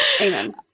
amen